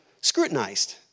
scrutinized